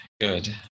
Good